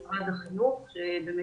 החינוך.